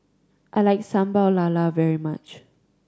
I like Sambal Lala very much